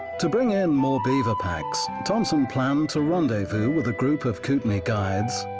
to bring in more beaver packs, thompson planned to rendezvous with a group of kootenai guides,